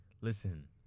listen